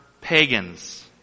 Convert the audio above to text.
pagans